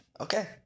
Okay